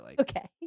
Okay